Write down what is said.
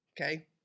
okay